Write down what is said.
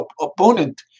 opponent